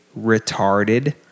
retarded